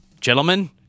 gentlemen